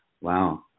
wow